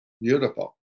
Beautiful